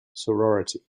sorority